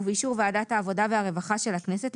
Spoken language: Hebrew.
ובאישור ועדת העבודה והרווחה של הכנסת,